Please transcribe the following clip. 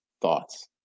Thoughts